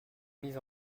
mis